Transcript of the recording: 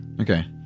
Okay